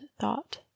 thought